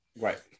Right